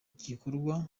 igikorwa